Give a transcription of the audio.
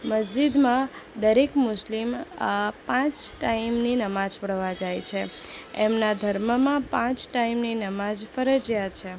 મસ્જિદમાં દરેક મુસ્લિમ પાંચ ટાઈમની નમાઝ પઢવા જાય છે એમના ધર્મમાં પાંચ ટાઈમની નમાઝ ફરિજયાત છે